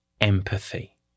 empathy